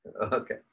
Okay